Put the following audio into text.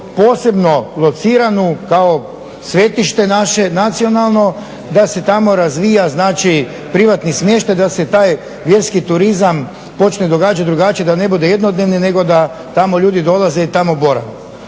posebno lociranu kao svetište naše nacionalno da se tamo razvija znači privatni smještaj, da se taj vjerski turizam počne događat drugačije, da ne bude jednodnevni nego da tamo ljudi dolaze i tamo borave.